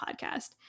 podcast